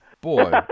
boy